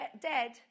dead